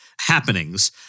happenings